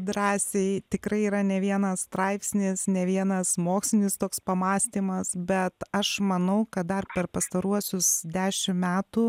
drąsiai tikrai yra ne vienas straipsnis ne vienas mokslinis toks pamąstymas bet aš manau kad dar per pastaruosius dešimt metų